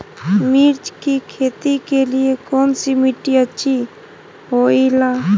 मिर्च की खेती के लिए कौन सी मिट्टी अच्छी होईला?